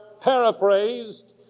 paraphrased